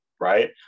right